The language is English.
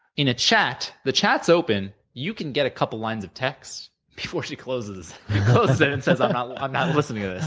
in a chat, the chat's open. you can get a couple lines of text, before she closes closes it and says i'm not i'm not listening to this.